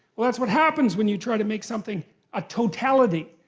well, that's what happens when you try to make something a totality,